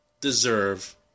deserve